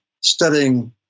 studying